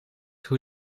hoe